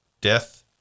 Death